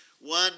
One